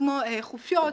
כמו חופשות,